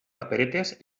paperetes